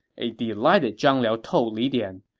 a delighted zhang liao told li dian,